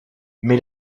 mais